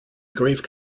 grave